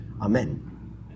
Amen